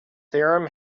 theorem